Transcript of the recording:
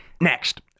Next